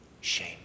Shame